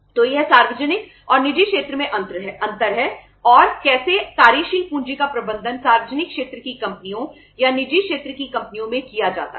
तो यह सार्वजनिक और निजी क्षेत्र में अंतर है और कैसे कार्यशील पूंजी का प्रबंधन सार्वजनिक क्षेत्र की कंपनियों या निजी क्षेत्र की कंपनियों में किया जाता है